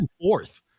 fourth